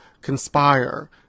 conspire